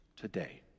today